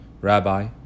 Rabbi